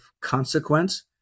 consequence